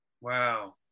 Wow